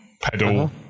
pedal